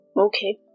Okay